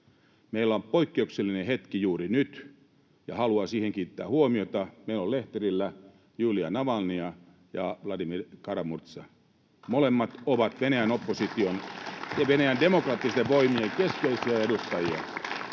Meillä on poikkeuksellinen hetki juuri nyt, ja haluan siihen kiinnittää huomiota: Meillä on lehterillä Julija Navalnaja ja Vladimir Kara-Murza. [Suosionosoituksia] Molemmat ovat Venäjän opposition ja Venäjän demokraattisten voimien keskeisiä edustajia,